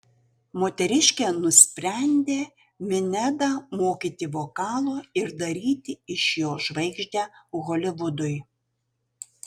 moteriškė nusprendė minedą mokyti vokalo ir daryti iš jo žvaigždę holivudui